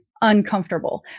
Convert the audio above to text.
uncomfortable